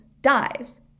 dies